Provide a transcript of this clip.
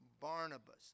Barnabas